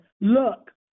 Look